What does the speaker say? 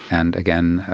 and again,